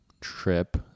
trip